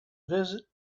visit